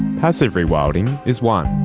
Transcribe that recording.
passive rewilding is one.